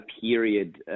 period